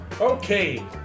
Okay